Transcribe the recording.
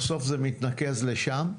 בסוף זה מתנקז לשם.